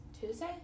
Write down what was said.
Tuesday